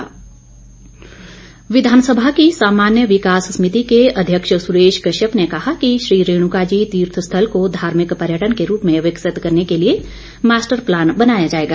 सुरेश कश्यप विधानसभा की सामान्य विकास समिति के अध्यक्ष सुरेश कश्यप ने कहा कि श्री रेणुकाजी तीर्थ स्थल को धार्मिक पर्यटन के रूप में विकसित करने के लिए मास्टर प्लान बनाया जाएगा